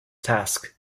task